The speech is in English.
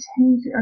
change